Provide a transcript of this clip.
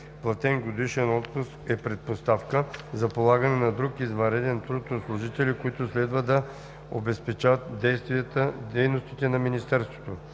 платен годишен отпуск е предпоставка за полагане на друг извънреден труд от служители, които следва да обезпечат дейностите на Министерството.